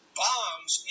bombs